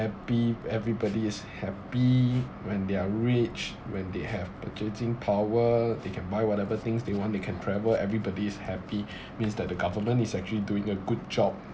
happy everybody is happy when they're rich when they have purchasing power they can buy whatever things they want they can travel everybody's happy means that the government is actually doing a good job